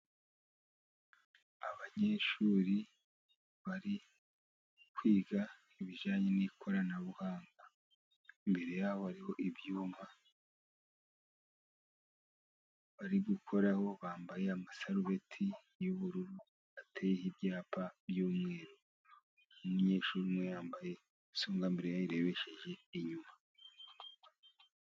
Abanyeshuri bari kwiga ibijyanye n'ikoranabuhanga, imbere yabo hari ibyuma bari gukoraho, bambaye amasarubeti y'ubururu ateyeho ibyapa by'umweru, umunyeshuri umwe yambaye songambere yayirebesheje inyuma.